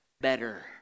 better